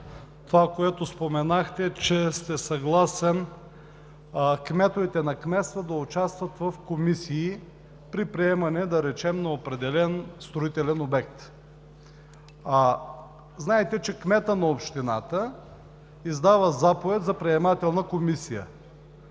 това, което споменахте, че сте съгласен кметовете на кметства да участват в комисии при приемане, да речем, на определен строителен обект. Знаете, че кметът на общината издава заповед за приемателна комисия.